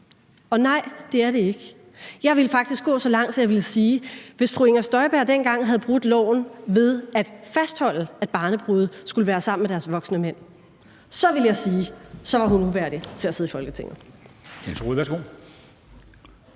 Nej, det er det ikke. Jeg vil faktisk gå så langt som til at sige, at hvis fru Inger Støjberg dengang havde brudt loven ved at fastholde, at barnebrude skulle være sammen med deres voksne mænd, så var hun uværdig til at sidde i Folketinget.